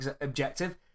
objective